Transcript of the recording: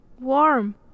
warm